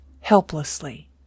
helplessly